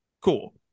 cool